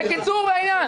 בקיצור ולעניין,